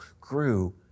grew